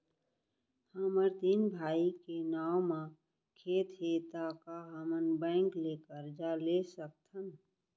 हमर तीन भाई के नाव म खेत हे त का हमन बैंक ले करजा ले सकथन?